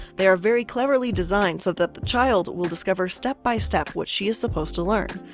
they are very cleverly designed so that the child will discover step-by-step what she is supposed to learn.